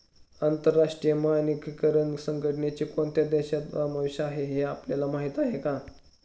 आंतरराष्ट्रीय मानकीकरण संघटनेत कोणत्या देशांचा समावेश आहे हे आपल्याला माहीत आहे का?